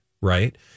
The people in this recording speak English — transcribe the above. Right